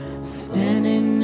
standing